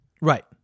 right